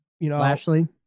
Lashley